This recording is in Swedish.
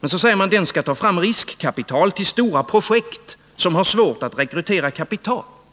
Men så säger man: Den skall ta fram riskkapital till stora projekt, som har svårt att rekrytera kapital.